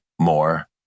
more